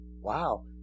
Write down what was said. Wow